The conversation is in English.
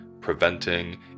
preventing